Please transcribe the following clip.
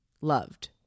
loved